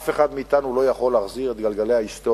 אף אחד מאתנו לא יכול להחזיר את גלגלי ההיסטוריה.